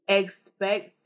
expect